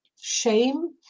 shame